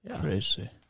Crazy